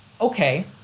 okay